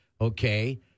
okay